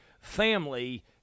family